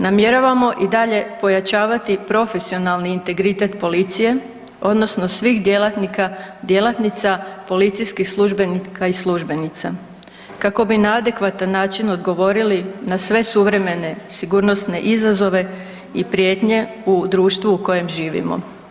Namjeravamo i dalje pojačavati profesionalni integritet policije odnosno svih djelatnika i djelatnica, policijskih službenika i službenica kako bi na adekvatan način odgovorili na sve suvremene sigurnosne izazove i prijetnje u društvu u kojem živimo.